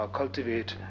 cultivate